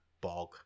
bog